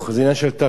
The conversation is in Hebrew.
זה עניין של תרבות,